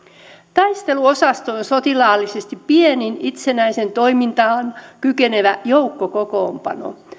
taisteluosasto on sotilaallisesti pienin itsenäiseen toimintaan kykenevä joukkokokoonpano